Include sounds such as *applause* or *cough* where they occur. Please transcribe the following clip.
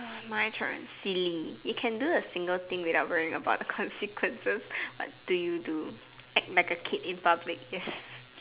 *noise* my turn silly you can do a single thing without worrying about the consequences *breath* what do you do act like a kid in public yes